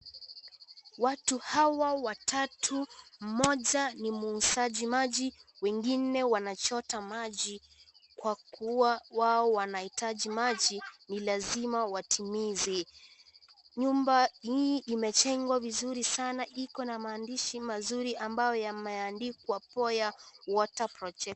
Watu hawa watatu, mmoja ni muuzaji maji, wengine wanachota maji kwa kuwa wao wanahitaji maji ni lazima watimize. Nyumba hii imejengwa vizuri sana. Iko na maandishi mazuri ambayo yameandikwa Boya water project .